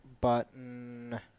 button